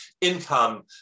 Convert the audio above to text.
income